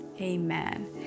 Amen